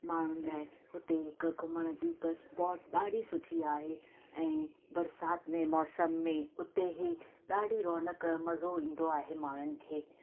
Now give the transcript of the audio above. माण्हुनि लाइ हुते हिकु घुमण जी हिकु स्पॉट ॾाढी सुठी आहे ऐं बरसाति में मौंसम में हुते ही ॾाढी रोनक मज़ो ईंदो आहे माण्हुनि खे